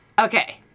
Okay